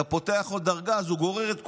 אתה פותח עוד דרגה, אז הוא גורר את כולם,